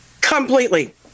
Completely